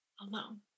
alone